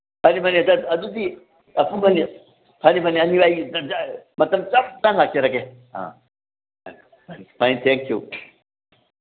ꯐꯅꯤ ꯐꯅꯤ ꯑꯗꯨꯗꯤ ꯑꯄꯨꯟꯕꯒꯤ ꯐꯅꯤ ꯐꯅꯤ ꯃꯇꯝ ꯆꯞ ꯆꯥꯅ ꯂꯥꯛꯆꯔꯒꯦ ꯑ ꯊꯦꯡ ꯌꯨ